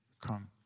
come